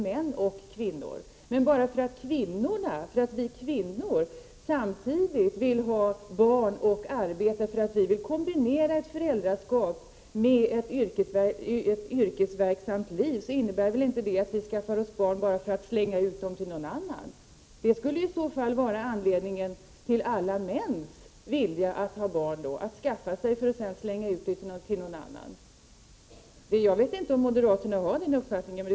Men att vi kvinnor samtidigt vill ha barn och arbete därför att vi vill kombinera ett föräldraskap med ett yrkesverksamt liv innebär väl inte att vi skaffar barn för att slänga ut dem till någon annan. Det skulle i så fall vara anledningen för alla män att skaffa sig barn för att sedan slänga ut dem till någon annan. Jag vet inte om moderaterna har den uppfattningen.